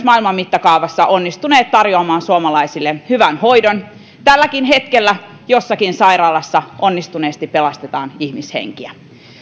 maailman mittakaavassa onnistuneet tarjoamaan suomalaisille hyvän hoidon tälläkin hetkellä jossakin sairaalassa onnistuneesti pelastetaan ihmishenkiä